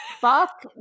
fuck